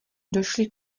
došli